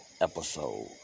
episode